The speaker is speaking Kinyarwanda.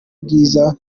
bwiza